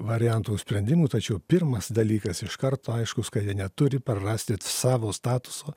variantų sprendimų tačiau pirmas dalykas iš karto aiškus kad jie neturi prarasti savo statuso